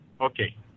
Okay